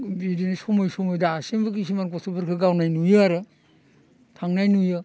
बिदिनो समय समय दासिमबो किसुमान गथ'फोरखो गावनाय नुयो आरो थांनाय नुयो